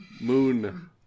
Moon